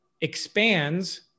expands